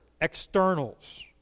externals